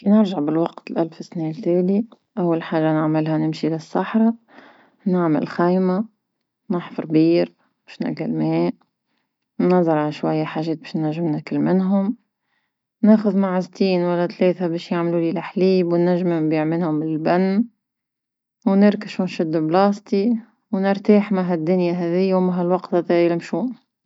كي نرجع بالوقت لالف سنين تالي، أول حاجة نعملها نمشي للصحراونعمل خيمةونحفر بير باش نلقا الماء، نزرع شوية حاجات باش نجم ناكل منهم، ناخد معزتين ولا ثلاثة باش يعملو لي لحليب ونجم نبيع منهوم اللبن، ونركش ونشد بلاصتي ونرتاح مع هالدنيا هذيا ومن هالوقت هذيا المشؤم.